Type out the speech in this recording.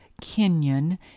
Kenyon